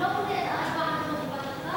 הוא לא בונה ארבע דירות בבת אחת,